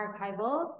Archival